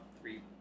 three